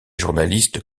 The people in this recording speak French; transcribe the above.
journaliste